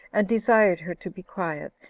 and desired her to be quiet,